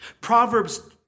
Proverbs